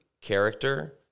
character